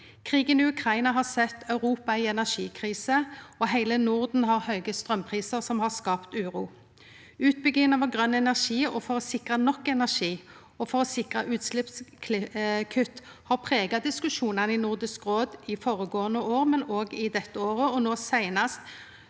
Krigen i Ukraina har sett Europa i ei energikrise, og heile Norden har høge straumprisar som har skapt uro. Utbygginga av grøn energi for å sikre nok energi og sikre utsleppskutt har prega diskusjonane i Nordisk råd både i føregåande år og i år, og var no seinast